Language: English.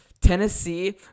Tennessee